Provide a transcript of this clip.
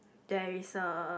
there is a